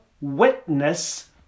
witness